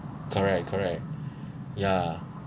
correct correct ya